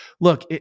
look